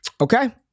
okay